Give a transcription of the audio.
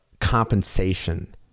compensation